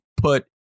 put